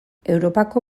europako